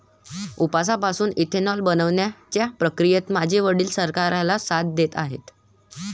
उसापासून इथेनॉल बनवण्याच्या प्रक्रियेत माझे वडील सरकारला साथ देत आहेत